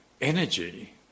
energy